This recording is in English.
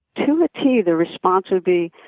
to a t, the response would be,